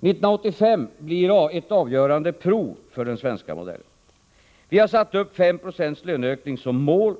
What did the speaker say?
Under 1985 blir det ett avgörande prov för den svenska modellen. Vi har satt upp 5 96 löneökning som mål.